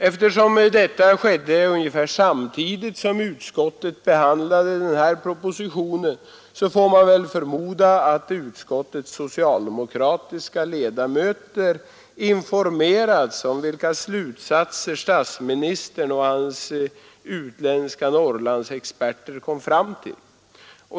Eftersom detta skedde ungefär samtidigt som utskottet behandlade denna proposition, så får man väl förmoda att utskottets socialdemokratiska ledamöter informerats om de slutsatser statsministern och hans utländska Norrlandsexperter kom fram till.